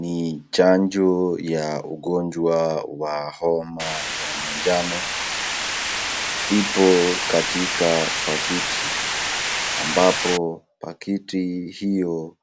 Ni chanjo ya ugonjwa ya homa ya manjano, ipo katika pakiti ambapo pakiti hiyo